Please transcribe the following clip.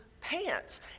pants